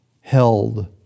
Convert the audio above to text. held